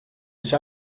sich